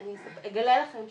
אני אגלה לכם,